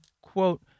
quote